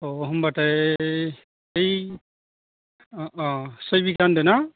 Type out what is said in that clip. अह होमबाथाय अह अह सय बिघा होनदोंना